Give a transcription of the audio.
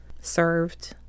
served